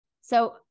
So-